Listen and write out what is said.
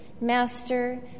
Master